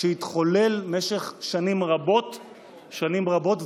שהתחולל במשך שנים רבות וארוכות.